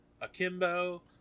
akimbo